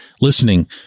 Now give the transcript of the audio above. listening